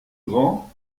grand